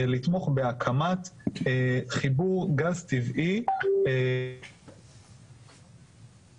לתמוך בהקמת חיבור גז טבעי לשכונות מגורים.